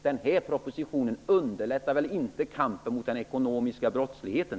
Den här propositionen underlättar väl inte kampen mot den ekonomiska brottsligheten?